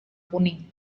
kuning